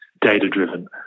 data-driven